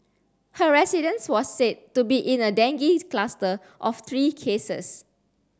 her residence was said to be in a dengue cluster of three cases